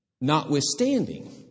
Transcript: Notwithstanding